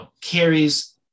carries